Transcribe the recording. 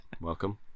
Welcome